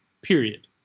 period